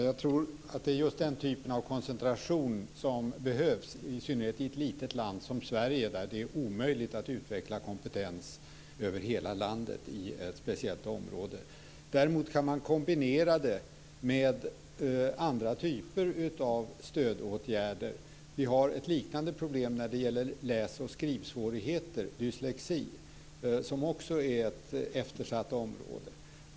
Herr talman! Jag tror att det är just den typen av koncentration som behövs, i synnerhet i ett litet land som Sverige, där det är omöjligt att utveckla kompetens över hela landet i ett speciellt område. Däremot kan man kombinera det med andra typer av stödåtgärder. Vi har ett liknande problem när det gäller läs och skrivsvårigheter, dyslexi, som också är ett eftersatt område.